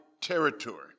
territory